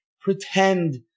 pretend